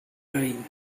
game